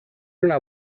una